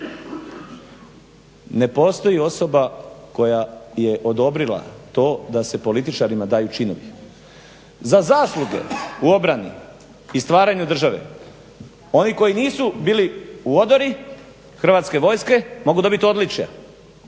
Ne postoji osoba koja je odobrila to da se političarima daju činovi. Za zasluge u obrani i stvaranju države oni koji nisu bili u odori Hrvatske vojske mogu dobiti odličja,